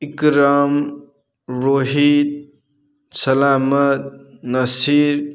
ꯏꯀꯔꯥꯝ ꯔꯣꯍꯤꯠ ꯁꯂꯥꯃꯠ ꯅꯁꯤꯔ